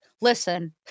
listen